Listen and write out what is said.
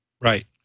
Right